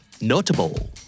Notable